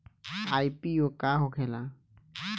IPO का होखेला?